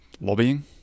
Lobbying